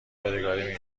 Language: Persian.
یادگاری